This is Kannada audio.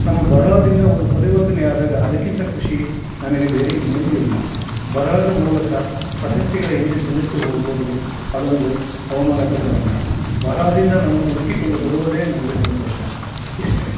ನಮ್ಮ ಬರಹದಿಂದ ಒಂದು ಪರಿವರ್ತನೆಯಾದಾಗ ಅದಕ್ಕಿಂತ ಖುಷಿ ನನಗೆ ಬೇರೆ ಇನ್ನೇನೂ ಇಲ್ಲ ಬರಹದ ಮೂಲಕ ಪ್ರಶಸ್ತಿಗಳ ಹಿಂದೆ ಬೆನ್ನೆತ್ತಿ ಹೋಗುವುದು ಅದೊಂದು ಅವಮಾನಕರ ಸಂಘ ಬರಹದಿಂದ ನಮ್ಮನ್ನು ಹುಡುಕಿಕೊಂಡು ಬರುವುದೇ ನಮಗೆ ಸಂತೋಷ ಇಷ್ಟೇ